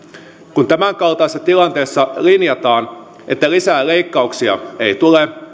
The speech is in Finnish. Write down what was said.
kun tämänkaltaisessa tilanteessa linjataan että lisää leikkauksia ei tule